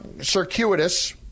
circuitous